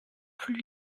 plus